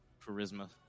Charisma